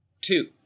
two